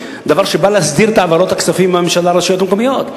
דבר שבא להסדיר את העברות הכספים מהממשלה לרשויות המקומיות.